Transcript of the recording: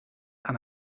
aan